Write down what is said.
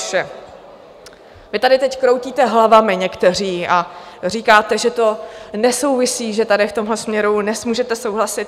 Vy tady teď kroutíte hlavami někteří a říkáte, že to nesouvisí, že tady v tomhle směru dnes můžete souhlasit.